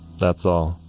that's all